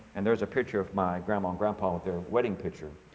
and there's a picture of my grandma and grandpa, with their wedding picture.